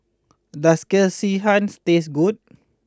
does Sekihan taste good